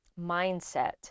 mindset